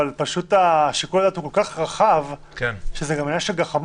אבל פשוט שיקול הדעת הוא כל כך רחב שזה גם עניין של גחמות.